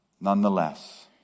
Nonetheless